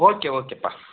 okay ಓಕೆಪ್ಪಾ